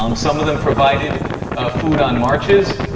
um some of them provided food on marches.